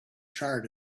charred